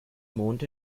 mond